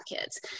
kids